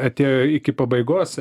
atėjo iki pabaigos